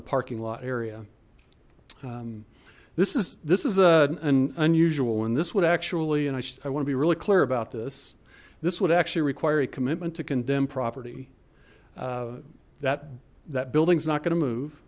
the parking lot area this is this is an unusual one this would actually and i want to be really clear about this this would actually require a commitment to condemn property that that buildings not going to move